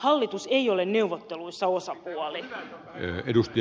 hallitus ei ole neuvotteluissa osapuoli